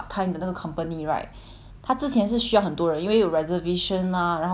他之前是需要很多人因为有 reservation ah 然后很多 customer 很多 tourists mah